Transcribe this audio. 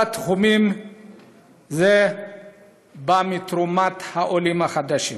כל התחומים הם בזכות תרומתם של העולים החדשים.